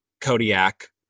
Kodiak